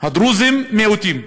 הדרוזים מיעוטים,